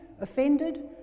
offended